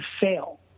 fail